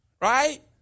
right